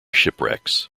shipwrecks